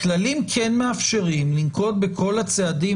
הכללים מאפשרים לנקוט בכל הצעדים,